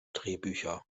drehbücher